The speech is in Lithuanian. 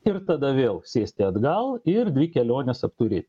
ir tada vėl sėsti atgal ir dvi keliones apturėti